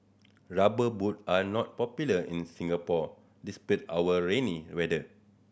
rubber boot are not popular in Singapore despite our rainy weather